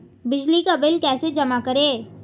बिजली का बिल कैसे जमा करें?